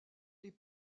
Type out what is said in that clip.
les